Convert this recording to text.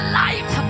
life